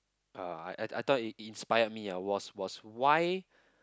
uh I I thought it inspired me ah was was why